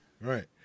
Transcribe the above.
right